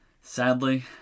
Sadly